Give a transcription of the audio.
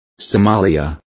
Somalia